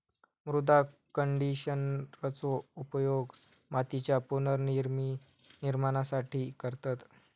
मृदा कंडिशनरचो उपयोग मातीच्या पुनर्निर्माणासाठी करतत